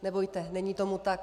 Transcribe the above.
Nebojte, není tomu tak.